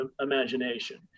imagination